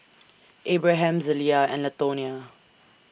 Abraham Zelia and Latonya